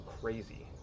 crazy